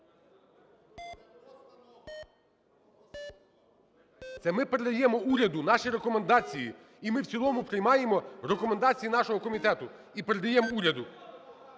Це ми передаємо уряду наші рекомендації. І ми в цілому приймаємо рекомендації нашого комітету і передаємо уряду.